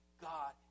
God